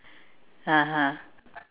(uh huh)